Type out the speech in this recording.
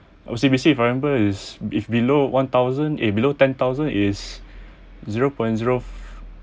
O_C_B_C if I remember is if below one thousand if below ten thousand is zero point zero